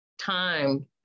time